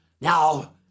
Now